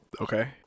Okay